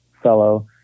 fellow